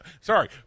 Sorry